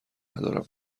ندارم